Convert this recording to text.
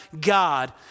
God